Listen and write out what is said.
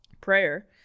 prayer